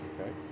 okay